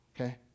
Okay